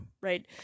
right